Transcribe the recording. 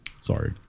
Sorry